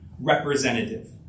Representative